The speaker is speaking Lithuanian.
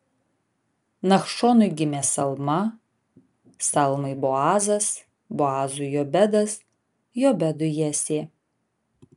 nachšonui gimė salma salmai boazas boazui jobedas jobedui jesė